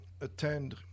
attend